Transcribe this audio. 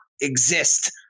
exist